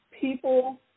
people